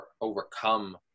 overcome